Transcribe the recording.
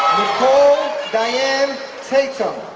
nicole dyan tatum,